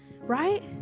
right